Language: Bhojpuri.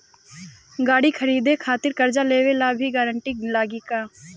गाड़ी खरीदे खातिर कर्जा लेवे ला भी गारंटी लागी का?